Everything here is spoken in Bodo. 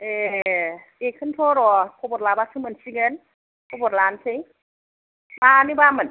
ए बेखौनोथ' र' खबर लाबासो मोनसिगोन खबर लानोसै मानोबा मोन